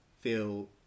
feel